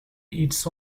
its